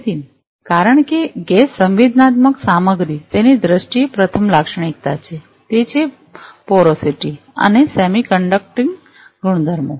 તેથી કારણ કે ગેસ સંવેદનાત્મક સામગ્રી તેની દ્રષ્ટિએ પ્રથમ લાક્ષણિકતા છે તે છે પોરોસિટી અને સેમિકન્ડક્ટિંગ ગુણધર્મો